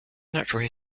natural